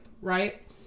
right